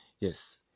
yes